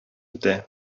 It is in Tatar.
үтә